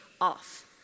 off